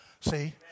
See